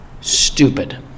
stupid